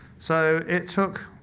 so it took